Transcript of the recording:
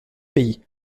pays